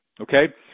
Okay